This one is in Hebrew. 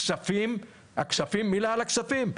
הכספים, מילה על הכספים.